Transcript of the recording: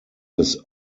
his